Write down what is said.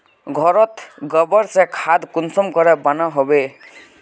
घोरोत गबर से खाद कुंसम के बनो होबे?